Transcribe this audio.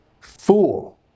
fool